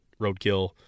roadkill